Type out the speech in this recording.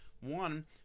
One